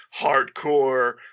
hardcore